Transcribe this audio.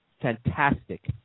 fantastic